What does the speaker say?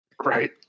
Right